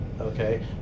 okay